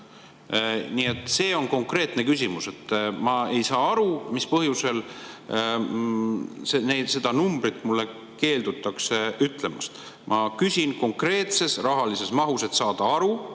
Nii et see on konkreetne küsimus. Ma ei saa aru, mis põhjusel seda numbrit keeldutakse mulle ütlemast. Ma küsin konkreetse rahalise mahu kohta, et saada aru